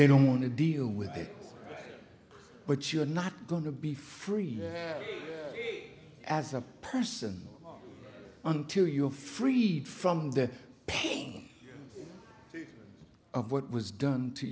they don't want to deal with it but you're not going to be free as a person until you're freed from the pain of what was done to